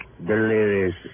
delirious